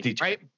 right